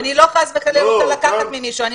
אני לא רוצה לקחת ממישהו חלילה.